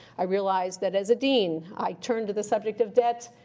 i realize, that as a dean, i turn to the subject of debt,